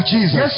Jesus